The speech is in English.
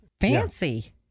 Fancy